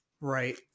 Right